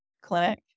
clinic